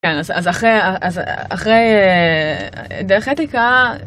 כן, אז אחרי דרך אתיקה...